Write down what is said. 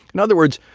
in other words,